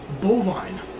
bovine